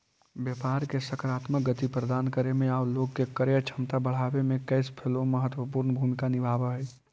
व्यापार के सकारात्मक गति प्रदान करे में आउ लोग के क्रय क्षमता बढ़ावे में कैश फ्लो महत्वपूर्ण भूमिका निभावऽ हई